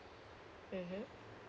mmhmm